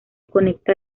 conecta